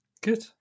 Good